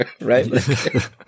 right